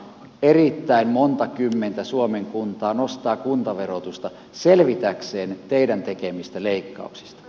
erittäin monta kymmentä suomen kuntaa nostaa kuntaverotusta selvitäkseen teidän tekemistä leikkauksista